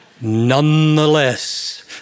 nonetheless